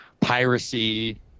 piracy